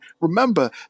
remember